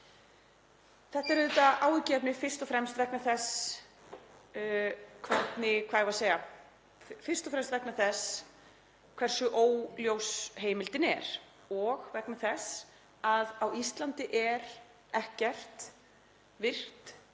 Þetta er auðvitað áhyggjuefni, fyrst og fremst vegna þess hversu óljós heimildin er og vegna þess að á Íslandi er ekkert virkt